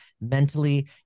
mentally